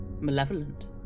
malevolent